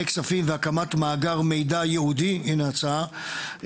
כספים והקמת מאגר מידע יעודי" הנה הצעה,